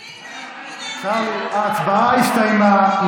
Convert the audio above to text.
הינה, הינה, ההצבעה הסתיימה.